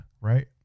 right